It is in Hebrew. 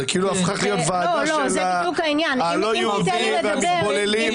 זאת כאילו הפכה היות ועדה של הלא יהודים והמתבוללים.